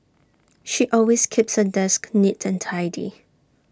she always keeps her desk neat and tidy